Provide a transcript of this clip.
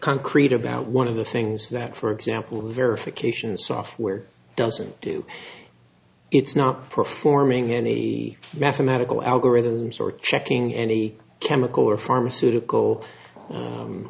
concrete about one of the things that for example verification software doesn't do it's not performing any mathematical algorithms or checking any chemical or pharmaceutical